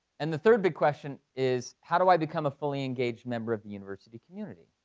and the third big question is how do i become a fully engaged member of the university community?